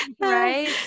Right